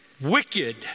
wicked